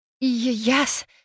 Yes